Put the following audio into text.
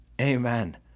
Amen